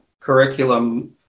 curriculum